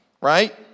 right